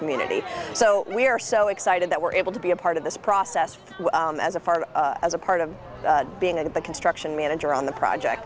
community so we are so excited that we're able to be a part of this process as a part of as a part of being in the construction manager on the project